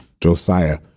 Josiah